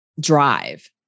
drive